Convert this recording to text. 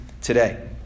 today